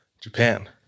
japan